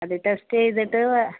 അത് ടെസ്റ്റ് ചെയ്തിട്ട്